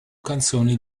canzoni